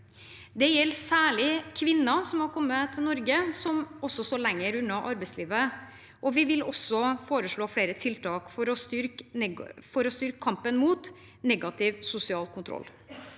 Det gjelder særlig kvinner som har kommet til Norge, som står lenger unna arbeidslivet. Vi vil også foreslå flere tiltak for å styrke kampen mot negativ sosial kontroll.